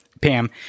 Pam